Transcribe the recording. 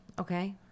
okay